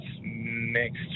Next